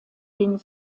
den